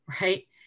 right